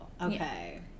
Okay